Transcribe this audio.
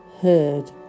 heard